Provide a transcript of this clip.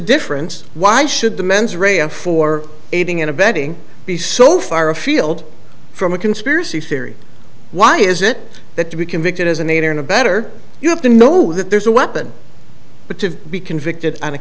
difference why should the mens rea a for aiding and abetting be so far afield from a conspiracy theory why is it that to be convicted as an intern a better you have to know that there's a weapon but to be convicted on a